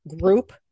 group